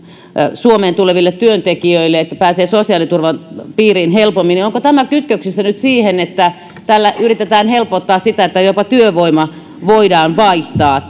suomeen tulevilta työntekijöiltä niin että pääsee sosiaaliturvan piirin helpommin niin onko tämä kytköksissä nyt siihen että tällä yritetään helpottaa sitä että jopa työvoima voidaan vaihtaa